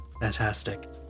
Fantastic